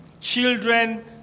Children